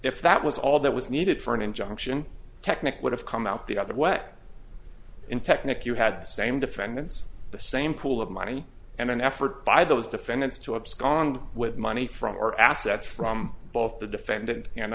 if that was all that was needed for an injunction technic would have come out the other way in technic you had the same defendants the same pool of money and an effort by those defendants to abscond with money from your assets from both the defendant and